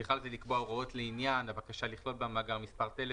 ובכלל זה לקבוע הוראות לעניין הבקשה לכלול במאגר מספר טלפון,